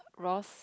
Rozz